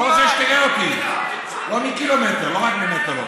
לא רוצה שתראה אותי מקילומטר, לא רק ממטר.